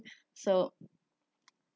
so